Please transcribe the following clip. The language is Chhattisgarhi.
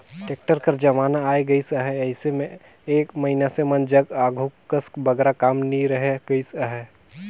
टेक्टर कर जमाना आए गइस अहे, अइसे मे ए मइनसे मन जग आघु कस बगरा काम नी रहि गइस अहे